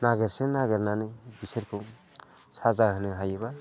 नागिरसिन नागिरनानै बिसोरखौ साजा होनो हायोबा